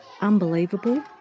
unbelievable